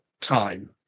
time